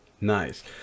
Nice